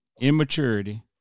immaturity